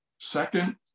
second